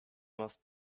must